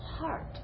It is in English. heart